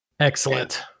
Excellent